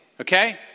okay